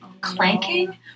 clanking